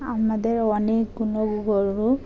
আমাদের অনেকগুলো গরু